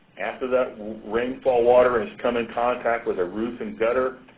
after that rainfall water has come in contact with a roof and gutter,